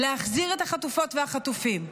להחזיר את החטופות והחטופים.